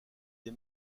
des